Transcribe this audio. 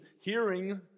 hearing